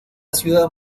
ciudad